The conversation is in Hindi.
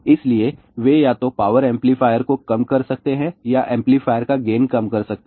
इसलिए वे या तो पावर एम्पलीफायर को कम कर सकते हैं या एम्पलीफायर का गेन कम कर सकते हैं